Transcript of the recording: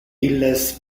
illes